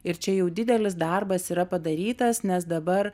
ir čia jau didelis darbas yra padarytas nes dabar